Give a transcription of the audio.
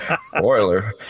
spoiler